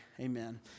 amen